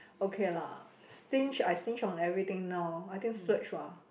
okay lah since I stinge on everything now I think splurge ba